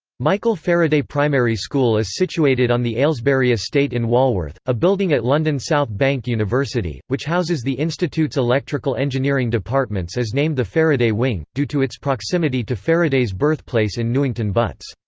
michael faraday primary school is situated on the aylesbury estate in walworth a building at london south bank university, which houses the institute's electrical engineering departments is named the faraday wing, due to its proximity to faraday's birthplace in newington butts.